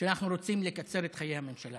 שאנחנו רוצים לקצר את חיי הממשלה